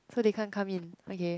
so they can't come in okay